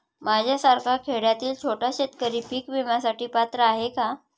माझ्यासारखा खेड्यातील छोटा शेतकरी पीक विम्यासाठी पात्र आहे का?